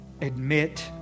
admit